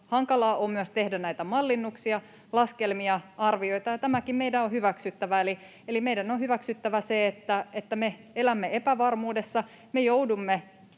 hankalaa on myös tehdä näitä mallinnuksia, laskelmia, arvioita. Tämäkin meidän on hyväksyttävä. Eli meidän on hyväksyttävä se, että me elämme epävarmuudessa, me joudumme